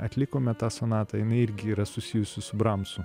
atlikome tą sonatą jinai irgi yra susijusi su bramsu